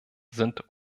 sind